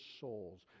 souls